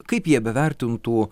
kaip jie bevertintų